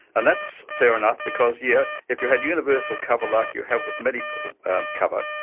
and that's fair enough because yeah if you had universal cover like you have with medical cover,